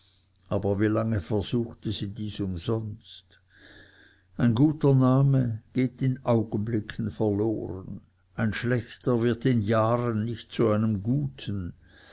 aber wie lange versuchte sie dies umsonst ein guter name geht in augenblicken verloren ein schlechter wird in jahren nicht zu einem guten